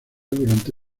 durante